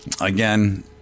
again